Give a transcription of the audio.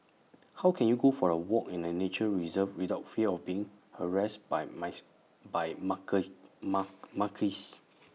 how can you go for A walk in A nature reserve without fear of being harassed by by mark mark